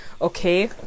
okay